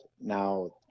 Now